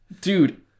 dude